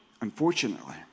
unfortunately